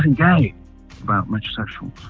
gay about much social,